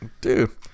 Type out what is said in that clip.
dude